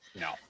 No